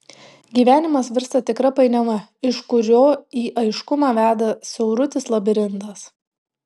gyvenimas virsta tikra painiava iš kurio į aiškumą veda siaurutis labirintas